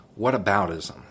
whataboutism